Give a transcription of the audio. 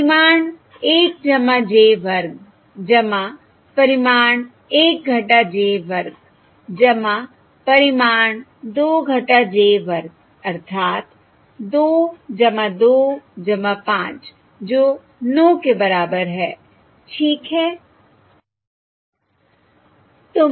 परिमाण 1j वर्ग परिमाण 1 - j वर्ग परिमाण 2 j वर्ग अर्थात् दो दो पांच जो नौ के बराबर है ठीक है